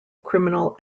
criminal